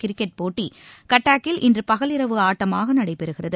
cricket போட்டி கட்டாக்கில் இன்று பகல் இரவு ஆட்டமாக நடைபெறுகிறது